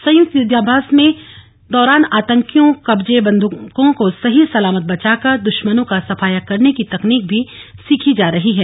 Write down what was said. संयुक्त युद्धाम्यास के दौरान आतंकियों कब्जे बंधकों को सही सलामत बचाकर द्श्मनों का सफाया करने की तकनीक भी सीखी जा रही है